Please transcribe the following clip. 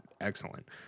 excellent